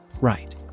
right